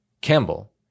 Campbell